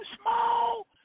small